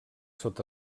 sota